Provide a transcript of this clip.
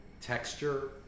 Texture